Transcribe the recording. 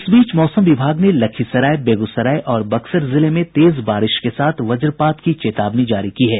इस बीच मौसम विभाग ने लखीसराय बेगूसराय और बक्सर जिले में तेज बारिश के साथ वज्रपात की चेतावनी जारी की है